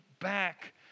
back